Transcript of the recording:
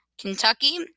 Kentucky